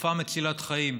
תרופה מצילת חיים,